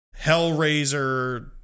hellraiser